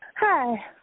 Hi